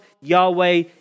Yahweh